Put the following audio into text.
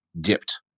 dipped